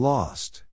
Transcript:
Lost